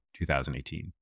2018